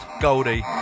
Goldie